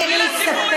אין לי ספק,